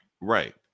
Right